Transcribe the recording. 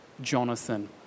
Jonathan